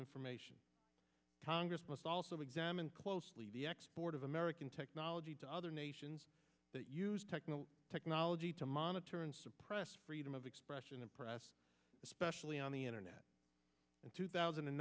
information congress must also examine closely the export of american technology to other nations that use techno technology to monitor and suppress freedom of expression and press especially on the internet in two thousand and